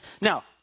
Now